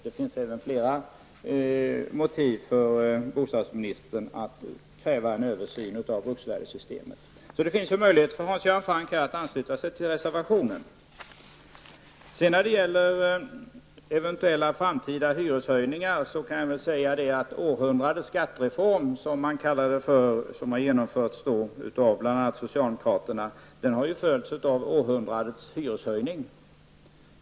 Det finns flera motiv för bostadsministern att kräva en översyn av bruksvärdessystemet. Det finns således möjligheter för Hans Göran Franck att ansluta sig till reservationen. När det gäller eventuella framtida hyreshöjningar, vill jag säga att den s.k. århundradets skattereform som genomfördes av bl.a. socialdemokraterna, har följts av århundradets hyreshöjning.